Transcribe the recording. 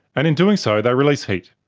and in doing so they release heat.